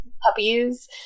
puppies